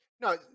No